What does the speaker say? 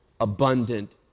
abundant